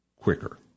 quicker